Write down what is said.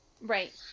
Right